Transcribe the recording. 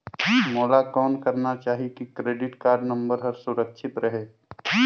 मोला कौन करना चाही की क्रेडिट कारड नम्बर हर सुरक्षित रहे?